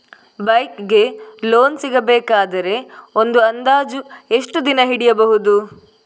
Bike ಗೆ loan ಸಿಗಬೇಕಾದರೆ ಒಂದು ಅಂದಾಜು ಎಷ್ಟು ದಿನ ಹಿಡಿಯಬಹುದು?